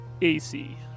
AC